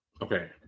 Okay